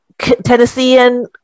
Tennessean